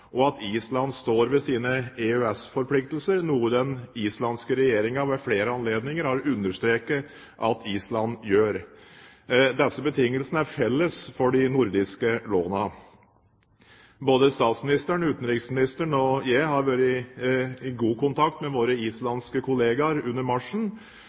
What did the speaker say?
og at Island står ved sine EØS-forpliktelser, noe den islandske regjeringen ved flere anledninger har understreket at Island gjør. Disse betingelsene er felles for de nordiske lånene. Både statsministeren, utenriksministeren og jeg har vært i god kontakt med våre islandske kollegaer under